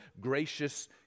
gracious